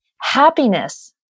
Happiness